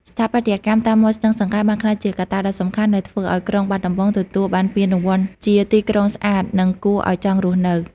ស្ថាបត្យកម្មតាមមាត់ស្ទឹងសង្កែបានក្លាយជាកត្តាដ៏សំខាន់ ដែលធ្វើឱ្យក្រុងបាត់ដំបងទទួលបានពានរង្វាន់ជាទីក្រុងស្អាត និងគួរឱ្យចង់រស់នៅ។